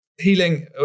healing